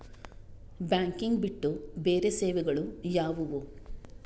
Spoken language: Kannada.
ಬ್ಯಾಂಕಿಂಗ್ ಬಿಟ್ಟು ಬೇರೆ ಸೇವೆಗಳು ಯಾವುವು?